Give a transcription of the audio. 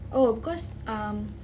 oh because um